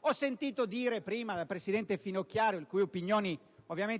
Ho sentito dire prima dalla presidente Finocchiaro, le cui opinioni